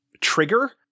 trigger